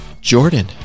jordan